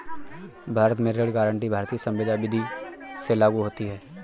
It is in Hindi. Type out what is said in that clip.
भारत में ऋण गारंटी भारतीय संविदा विदी से लागू होती है